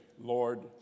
Lord